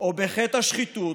או בחטא השחיתות